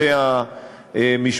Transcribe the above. מול הגל הרצחני של האומה הערבית,